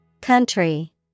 Country